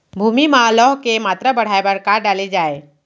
भूमि मा लौह के मात्रा बढ़ाये बर का डाले जाये?